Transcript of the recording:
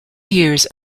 years